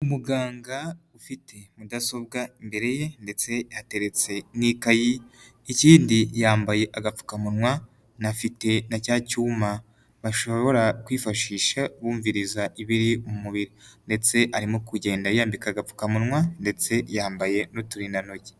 Umuganga ufite mudasobwa imbere ye ndetse hateretse n'ikayi, ikindi yambaye agapfukamunwa, anafite na cya cyuma bashobora kwifashisha bumviriza ibiri mubiri ndetse arimo kugenda yiyambika agapfukamunwa ndetse yambaye n'uturindantoki.